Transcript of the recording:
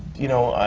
you know,